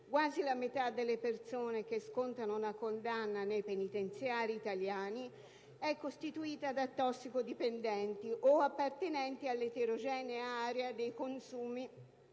quasi la metà delle persone che scontano una condanna nei penitenziari italiani è costituita da tossicodipendenti o appartenenti all'eterogenea area dei consumi